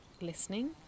listening